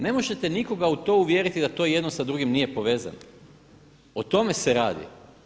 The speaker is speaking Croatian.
Ne možete nikoga u to uvjeriti da to jedno sa drugim nije povezano, o tome se radi.